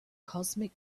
cosmic